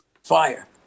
Fire